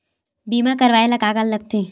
बीमा करवाय ला का का लगथे?